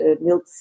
milk